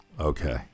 Okay